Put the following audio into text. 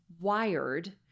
wired